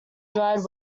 dried